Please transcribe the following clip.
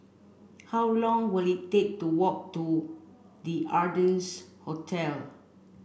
how long will it take to walk to The Ardennes Hotel